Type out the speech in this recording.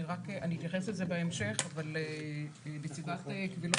אני אתייחס לזה בהמשך אבל נציגת קבילות